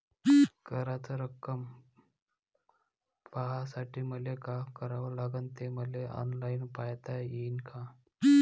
कराच रक्कम पाहासाठी मले का करावं लागन, ते मले ऑनलाईन पायता येईन का?